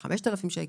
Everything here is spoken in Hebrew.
בסך 5,000 שקלים,